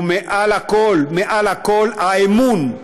ומעל לכל, מעל לכל, האמון,